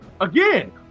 Again